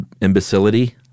imbecility